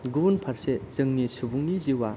गुबुन फारसे जोंनि सुबुंनि जिउआ